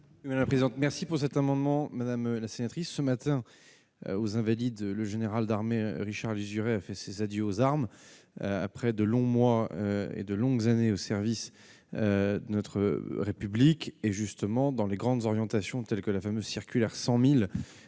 merci pour cet amendement, madame la sénatrice ce matin aux invalides le général d'armée, Richard Lizurey a fait ses adieux aux armes après de longs mois et de longues années au service de notre République. Et justement, dans les grandes orientations, telles que la fameuse circulaire 100000